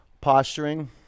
posturing